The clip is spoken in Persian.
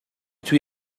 توی